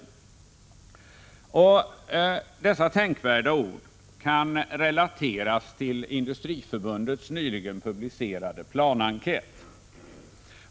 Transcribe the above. Dessa tänkvärda ord kan relateras till Industriförbundets nyligen publicerade planenkät.